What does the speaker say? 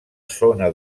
zona